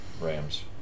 Rams